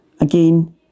again